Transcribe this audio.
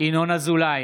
ינון אזולאי,